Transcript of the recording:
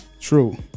True